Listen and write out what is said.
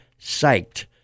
psyched